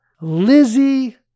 Lizzie